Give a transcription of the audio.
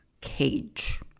cage